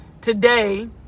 today